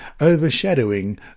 overshadowing